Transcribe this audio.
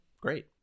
great